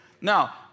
Now